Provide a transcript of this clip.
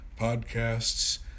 podcasts